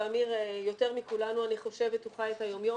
ואני חושבת שאמיר יותר מכולנו חי את היום יום,